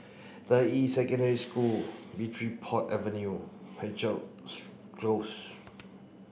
Deyi Secondary School Bridport Avenue Close